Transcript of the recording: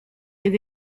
des